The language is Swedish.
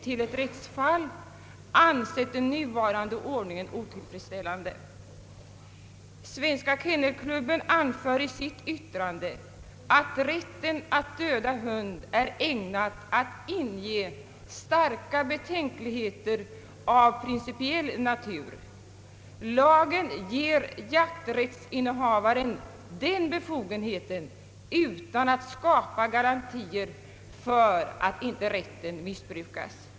till ett rättsfall ansett den nuvarande ordningen otillfredsställande. Svenska kennelklubben anför i sitt yttrande att rätten att döda hund är ägnad inge starka betänkligheter av principiell natur. Lagen ger jakträttsinnehavaren den befogenheten utan att skapa garantier för att inte rätten missbrukas.